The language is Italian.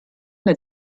nel